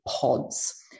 pods